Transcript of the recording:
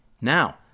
Now